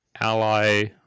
ally